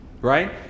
right